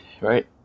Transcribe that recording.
Right